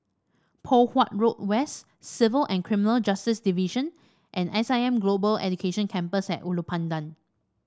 Poh Huat Road West Civil and Criminal Justice Division and S I M Global Education Campus at Ulu Pandan